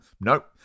Nope